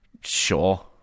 Sure